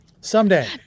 Someday